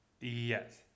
yes